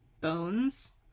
bones